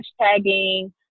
hashtagging